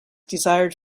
desired